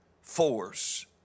force